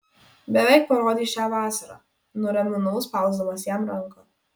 beveik parodei šią vasarą nuraminau spausdamas jam ranką